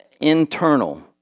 internal